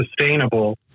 sustainable